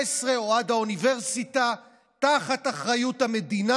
או עד האוניברסיטה תחת אחריות המדינה,